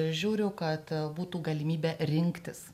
žiūriu kad būtų galimybė rinktis